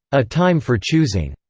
a time for choosing